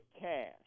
cash